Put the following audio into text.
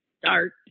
start